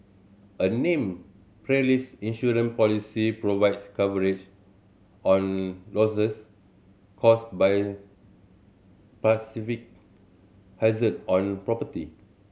a named perils insurance policy provides coverage on losses caused by hazard on property